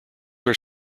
are